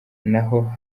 naho